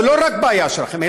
זו לא רק בעיה שלכם.